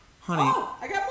honey